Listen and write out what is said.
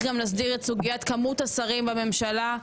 גם להסדיר את סוגית כמות השרים בממשלה,